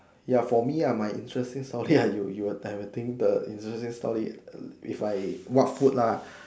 ya for me ah my interesting story ah you you're directing the interesting story if I what food lah